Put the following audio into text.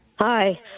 Hi